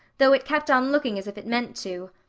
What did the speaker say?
though it kept on looking as if it meant to.